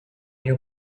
you